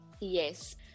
yes